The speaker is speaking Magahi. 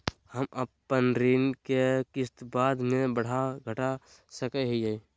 हम अपन ऋण के किस्त बाद में बढ़ा घटा सकई हियइ?